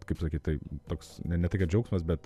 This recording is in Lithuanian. kaip sakyt tai toks ne ne tai kad džiaugsmas bet